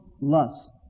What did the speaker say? lust